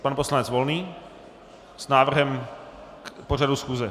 Pan poslanec Volný s návrhem k pořadu schůze.